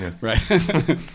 Right